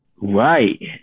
right